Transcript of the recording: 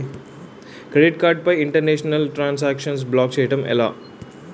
Credit card పై international transaction block చేయటం ఎలా?